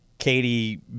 katie